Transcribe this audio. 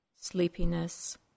sleepiness